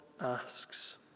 asks